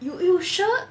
you you sure